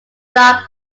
dark